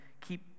keep